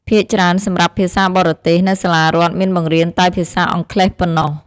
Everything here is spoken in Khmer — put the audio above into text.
ភាគច្រើនសម្រាប់ភាសាបរទេស នៅសាលារដ្ឋមានបង្រៀនតែភាសាអង់គ្លេសប៉ុណ្ណោះ។